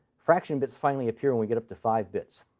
fraction bits finally appear when we get up to five bits.